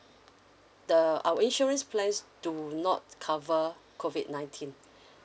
the our insurance plans do not cover COVID nineteen